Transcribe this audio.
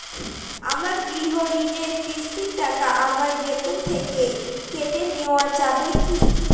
আমার গৃহঋণের কিস্তির টাকা আমার বেতন থেকে কেটে নেওয়া যাবে কি?